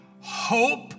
hope